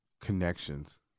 connections